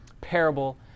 parable